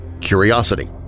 curiosity